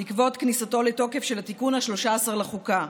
בעקבות כניסתו לתוקף של התיקון ה-13 לחוקה,